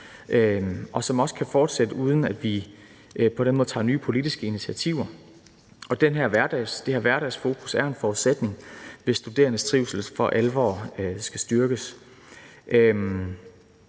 og som også kan fortsætte, uden at vi på den måde tager nye politiske initiativer. Og det her hverdagsfokus er en forudsætning, hvis studerendes trivsel for alvor skal styrkes.